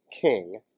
king